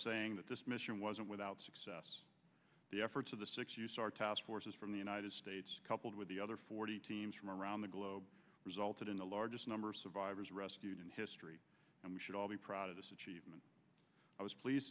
saying that this mission wasn't without the efforts of the six use our task forces from the united states coupled with the other forty teams from around the globe resulted in the largest number of survivors rescued in history and we should all be proud of them and i was pleased